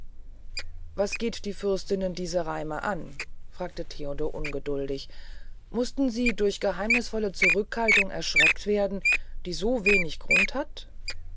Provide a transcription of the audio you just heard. was gehn die fürstinnen diese reime an fragte theodor ungeduldig musten sie durch eine geheimnißvolle zurückhaltung erschreckt werden die so wenig grund hat